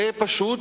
זה פשוט